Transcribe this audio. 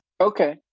Okay